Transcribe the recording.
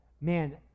man